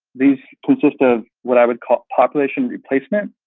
these consist of what i would call population replacement